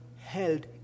held